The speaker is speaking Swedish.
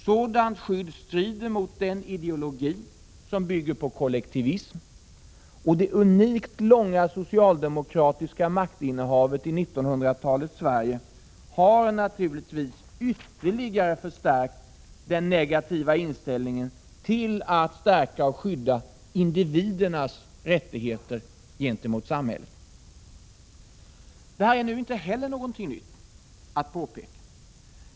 Sådant skydd strider mot den ideologi som bygger på kollektivism, och det unikt långa socialdemokratiska maktinnehavet i 1900-talets Sverige har naturligtvis ytterligare förstärkt den negativa inställningen till att stärka och skydda individernas rättigheter gentemot samhället. Detta är nu inte heller någonting nytt.